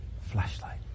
flashlight